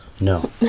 No